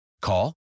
Call